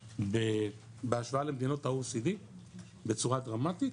בהשוואה למדינות ה-OECD בצורה דרמטית,